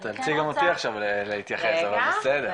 את תאלצי גם אותי עכשיו להתייחס, אבל בסדר.